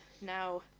Now